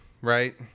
right